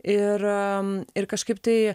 ir ir kažkaip tai